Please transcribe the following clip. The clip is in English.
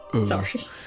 Sorry